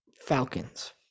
Falcons